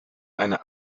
eine